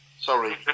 Sorry